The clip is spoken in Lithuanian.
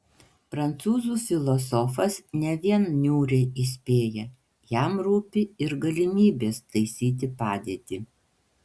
prancūzų filosofas ne vien niūriai įspėja jam rūpi ir galimybės taisyti padėtį